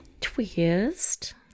Twist